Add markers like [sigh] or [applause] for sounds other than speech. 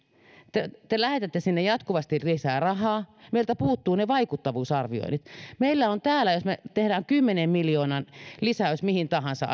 mitenkään te lähetätte sinne jatkuvasti lisää rahaa meiltä puuttuvat vaikuttavuusarvioinnit meillä on täällä vaikuttavuusarvioinnit jos me teemme kymmenen miljoonan lisäyksen mihin tahansa [unintelligible]